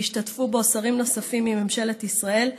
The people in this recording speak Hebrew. וישתתפו בו שרים נוספים מממשלת ישראל.